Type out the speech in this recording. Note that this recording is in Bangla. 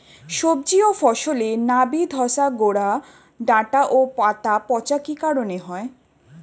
সবজি ও ফসলে নাবি ধসা গোরা ডাঁটা ও পাতা পচা কি কারণে হয়?